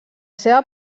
seva